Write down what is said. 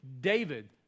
David